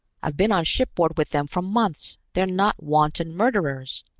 i've been on shipboard with them for months. they're not wanton murderers.